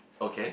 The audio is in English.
okay